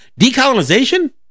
decolonization